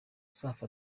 safi